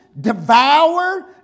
devour